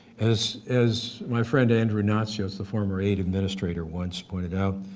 as as my friend andrew natsios, the former aid administrator once pointed out,